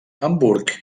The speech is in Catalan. hamburg